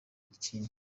ikindi